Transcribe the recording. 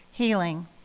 Healing